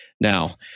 Now